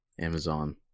Amazon